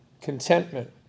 contentment